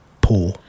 poor